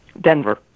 Denver